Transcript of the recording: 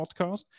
podcast